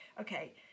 okay